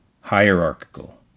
hierarchical